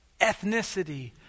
ethnicity